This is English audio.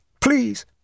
Please